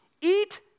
eat